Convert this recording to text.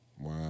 Wow